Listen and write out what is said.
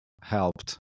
helped